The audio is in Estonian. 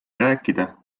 rääkida